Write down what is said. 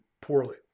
poorly